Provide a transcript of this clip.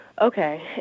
Okay